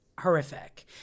horrific